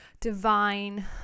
divine